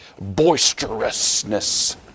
boisterousness